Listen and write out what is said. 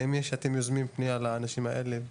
האם אתם יוזמים פנייה לאנשים האלה?